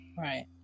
Right